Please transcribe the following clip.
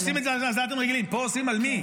הם עושים את זה על עזתים רגילים, פה עושים על מי?